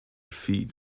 feet